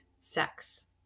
sex